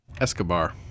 escobar